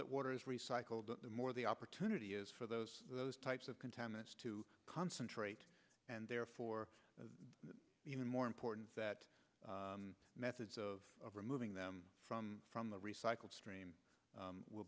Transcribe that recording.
that water is recycled the more the opportunity is for those those types of contaminants to concentrate and therefore even more important that methods of removing them from from the recycled stream will